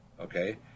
Okay